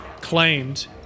claimed